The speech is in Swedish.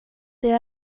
det